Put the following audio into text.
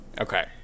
okay